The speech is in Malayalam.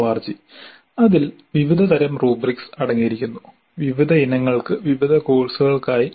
org അതിൽ വിവിധതരം റുബ്രിക്സ് അടങ്ങിയിരിക്കുന്നു വിവിധ ഇനങ്ങൾക്ക് വിവിധ കോഴ്സുകൾക്കായി